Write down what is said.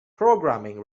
programming